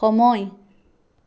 সময়